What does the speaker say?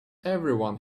everyone